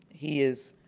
he is